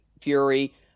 Fury